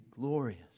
glorious